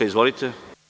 Izvolite.